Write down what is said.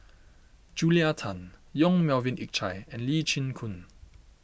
Julia Tan Yong Melvin Yik Chye and Lee Chin Koon